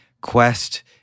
quest